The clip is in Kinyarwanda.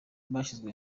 yashyizwe